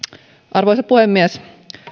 arvoisa puhemies